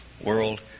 world